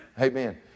Amen